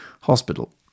hospital